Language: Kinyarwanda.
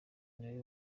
niwe